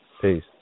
Peace